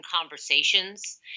conversations